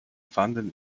fanden